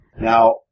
Now